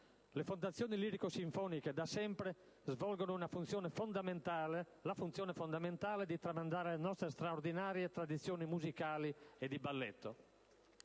Le fondazioni lirico-sinfoniche da sempre svolgono una funzione fondamentale, quella di mantenere vive le nostre straordinarie tradizioni musicali e di balletto.